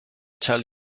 tell